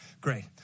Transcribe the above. Great